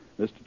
Mr